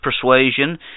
persuasion